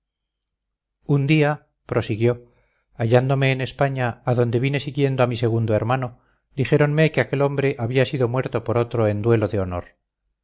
un día prosiguió hallándome en españa a donde vine siguiendo a mi segundo hermano dijéronme que aquel hombre había sido muerto por otro en duelo de honor